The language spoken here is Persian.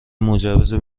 مجوز